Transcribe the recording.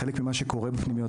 חלק ממה שקורה בפנימיות,